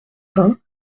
vingts